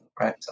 right